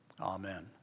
Amen